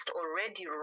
already